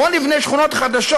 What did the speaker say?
בואו נבנה שכונות חדשות.